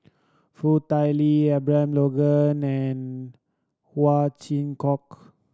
Foo Tui Liew Abraham Logan and Ow Chin Hock